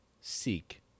seek